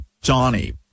Johnny